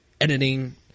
editing